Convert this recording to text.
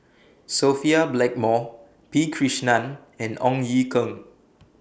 Sophia Blackmore P Krishnan and Ong Ye Kung